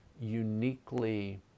uniquely